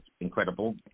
incredible